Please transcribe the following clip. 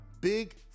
big